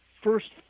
first